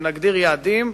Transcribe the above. אם נגדיר יעדים,